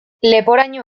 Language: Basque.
leporaino